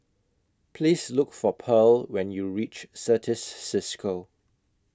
Please Look For Pearl when YOU REACH Certis CISCO